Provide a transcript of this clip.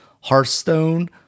Hearthstone